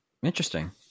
Interesting